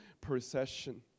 procession